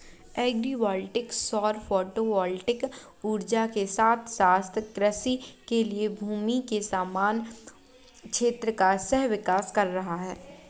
agri voltaic सौर photovoltaic ऊर्जा के साथ साथ कृषि के लिए भूमि के समान क्षेत्र का सह विकास कर रहा है